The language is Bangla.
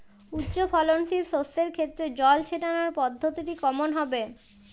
উচ্চফলনশীল শস্যের ক্ষেত্রে জল ছেটানোর পদ্ধতিটি কমন হবে?